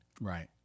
Right